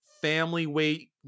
family-weight